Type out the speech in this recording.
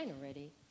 already